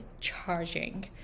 charging